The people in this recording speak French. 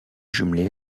jumelée